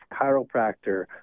chiropractor